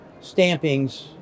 stampings